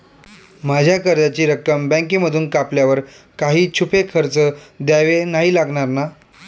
माझ्या कर्जाची रक्कम बँकेमधून कापल्यावर काही छुपे खर्च द्यावे नाही लागणार ना?